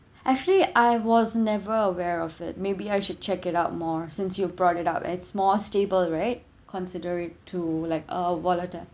actually I was never aware of it maybe I should check it out more since you've brought it up and it more stable right consider it to like uh volatile